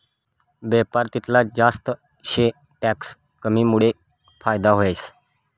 बेपार तितला जास्त शे टैक्स कमीमुडे फायदा व्हस